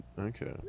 Okay